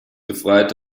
befreit